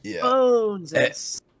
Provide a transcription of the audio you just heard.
Phones